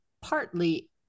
partly